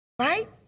right